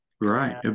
right